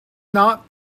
not